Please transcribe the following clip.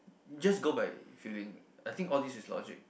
just go by feeling I think all these is logic